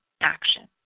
action